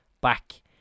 back